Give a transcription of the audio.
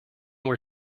were